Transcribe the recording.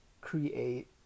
create